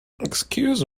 excuse